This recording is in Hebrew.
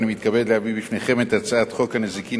אני מתכבד להביא בפניכם את הצעת חוק הנזיקים